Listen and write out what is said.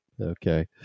Okay